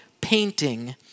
painting